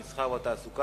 המסחר והתעסוקה,